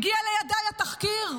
הגיע לידיי התחקיר.